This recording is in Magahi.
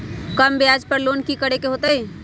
कम ब्याज पर लोन की करे के होतई?